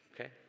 okay